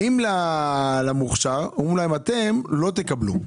באים למוכשר ואומרים להם שהם לא יקבלו.